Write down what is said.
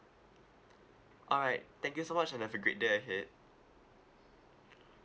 alright thank you so much and have a great day ahead